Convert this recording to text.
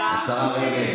השרה רגב.